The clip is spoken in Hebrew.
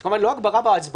זה כמובן לא הגברה בהצבעות.